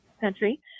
country